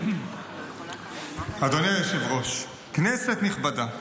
אדוני היושב-ראש, כנסת נכבדה,